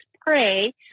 pray